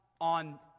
on